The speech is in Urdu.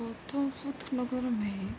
گوتم بدھ نگر میں